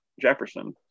Jefferson